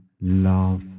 love